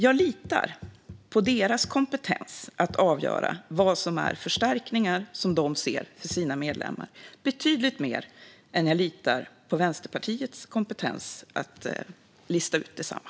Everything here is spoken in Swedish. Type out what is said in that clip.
Jag litar på deras kompetens att avgöra vad som är förstärkningar som de ser för sina medlemmar betydligt mer än jag litar på Vänsterpartiets kompetens att lista ut detsamma.